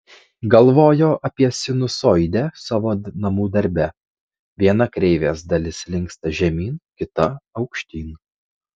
galvojo apie sinusoidę savo namų darbe viena kreivės dalis linksta žemyn kita aukštyn